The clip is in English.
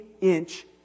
inch